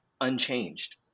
unchanged